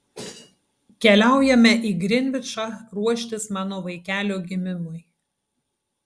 keliaujame į grinvičą ruoštis mano vaikelio gimimui